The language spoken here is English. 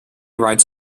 rides